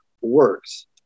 works